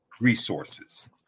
resources